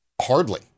hardly